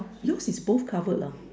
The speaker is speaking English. you is both covered lah